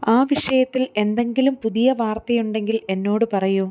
ആ വിഷയത്തിൽ എന്തെങ്കിലും പുതിയ വാർത്തയുണ്ടെങ്കിൽ എന്നോട് പറയുക